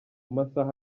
masaha